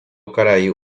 karai